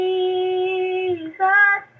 Jesus